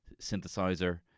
synthesizer